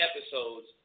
episodes